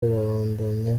arabandanya